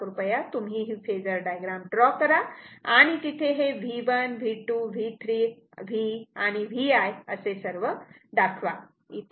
तेव्हा कृपया तुम्ही हि फेजर डायग्राम ड्रॉ करा आणि तिथे हे V V1 V2 and V3 आणि V I सर्व दाखवा